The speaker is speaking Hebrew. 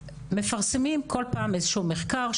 מפרסמים כל פעם איזשהו מחקר,